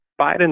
Biden